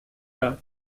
out